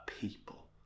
people